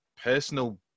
personal